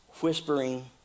whispering